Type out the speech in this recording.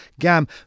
Gam